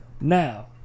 Now